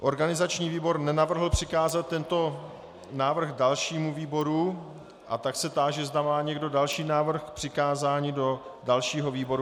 Organizační výbor nenavrhl přikázat tento návrh dalšímu výboru, a tak se táži, zda má někdo další návrh k přikázání do dalšího výboru.